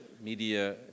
media